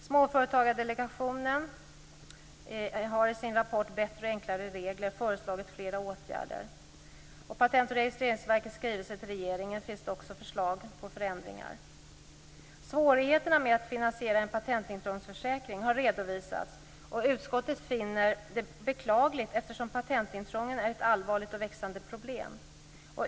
Småföretagsdelegationen har i sin rapport Bättre och enklare regler föreslagit flera åtgärder. I Patentoch registreringsverkets skrivelse till regeringen finns det också förslag på förändringar. Svårigheterna med att finansiera en patentintrångsförsäkring har redovisats, och utskottet finner det beklagligt, eftersom patentintrången är ett allvarligt och växande problem.